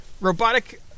Robotic